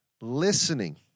listening